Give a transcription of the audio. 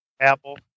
apple